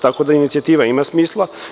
Tako da inicijativa ima smisla.